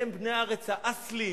הם בני הארץ האסלים.